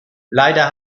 leider